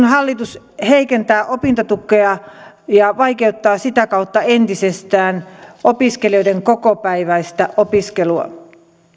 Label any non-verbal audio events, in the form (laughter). (unintelligible) hallitus heikentää opintotukea ja vaikeuttaa sitä kautta entisestään opiskelijoiden kokopäiväistä opiskelua